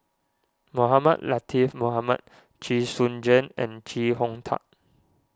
Mohamed Latiff Mohamed Chee Soon Juan and Chee Hong Tat